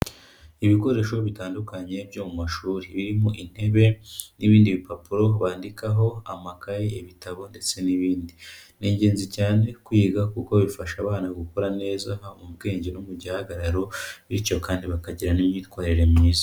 Ibikoresho bitandukanye byo mu mashuri birimo intebe n'ibindi bipapuro bandikaho, amakaye, ibitabo ndetse n'ibindi. Ni ingenzi cyane kwiga kuko bifasha abana gukura neza haba mu bwenge no mu gihagararo bityo kandi bakagira n'imyitwarire myiza.